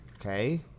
Okay